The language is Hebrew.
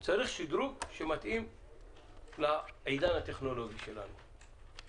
שדרוג, שמתאים לעידן הטכנולוגי שלנו.